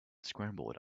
scrambled